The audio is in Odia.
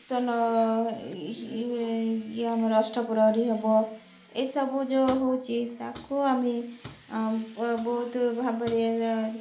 କୀର୍ତ୍ତନ ଆମର ଅଷ୍ଟପ୍ରହରୀ ହବ ଏସବୁ ଯେଉଁ ହଉଛି ତାକୁ ଆମେ ବହୁତ ଭାବରେ